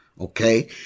okay